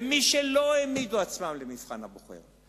ומי שלא העמידו את עצמם למבחן הבוחר,